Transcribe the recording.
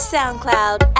SoundCloud